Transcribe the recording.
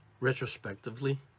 retrospectively